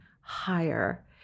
higher